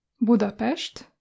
Budapest